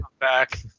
comeback